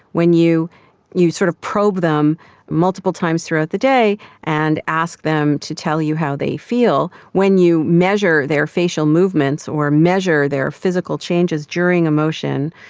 when you you sort of probe them multiple times throughout the day and ask them to tell you how they feel, when you measure their facial movements or measure their physical changes during emotion,